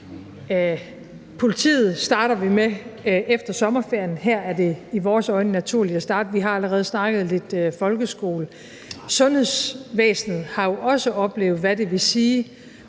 Politiet starter vi med efter sommerferien. Her er det i vores øjne naturligt at starte. Vi har allerede snakket lidt folkeskole. Sundhedsvæsenet har jo også oplevet, hvad det vil sige